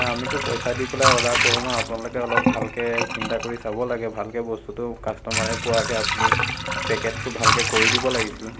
আমিতো পইচা দি পেলাই অৰ্ডাৰ কৰোঁ ন আপোনালোকে অলপ ভালকে চিন্তা কৰি চাব লাগে ভালকে বস্তুটো কাষ্টমাৰে পোৱাকে আপুনি পেকেটটো ভালকে কৰি দিব লাগিছিল